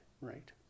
Right